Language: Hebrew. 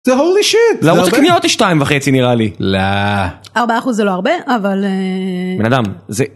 זה הולי שיט, 2.5 נראה לי לההה 4% זה לא הרבה אבל בנאדם זה